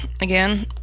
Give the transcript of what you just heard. again